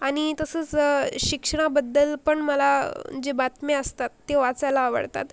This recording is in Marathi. आणि तसंस शिक्षणाबद्दल पण मला जे बातम्या असतात ते वाचायला आवडतात